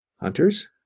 hunters